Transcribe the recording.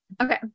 okay